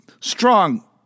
strong